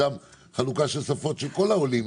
חלוקה של שפות של כל העולים,